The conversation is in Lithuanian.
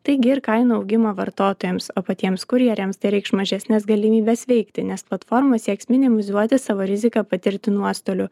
taigi ir kainų augimą vartotojams o patiems kurjeriams tai reikš mažesnes galimybes veikti nes platforma sieks minimizuoti savo riziką patirti nuostolių